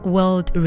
World